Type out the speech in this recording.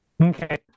Okay